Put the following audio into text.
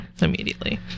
Immediately